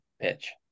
pitch